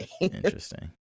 interesting